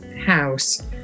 house